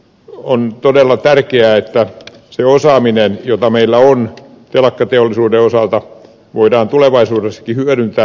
on todella tärkeää että se osaaminen jota meillä on telakkateollisuuden osalta voidaan tulevaisuudessakin hyödyntää